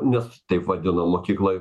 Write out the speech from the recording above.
nes taip vadino mokykloj